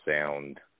sound